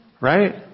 right